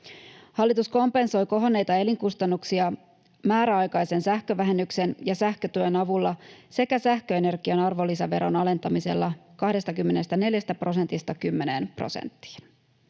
Hallitus kompensoi kohonneita elinkustannuksia määräaikaisen sähkövähennyksen ja sähkötyön avulla sekä sähköenergian arvonlisäveron alentamisella 24 prosentista 10 prosenttiin.